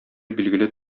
билгеле